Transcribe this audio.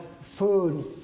food